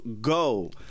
go